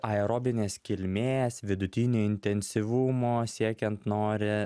aerobinės kilmės vidutinio intensyvumo siekiant nori